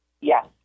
Yes